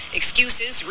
excuses